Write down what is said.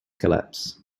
collapse